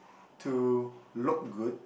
to look good